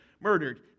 murdered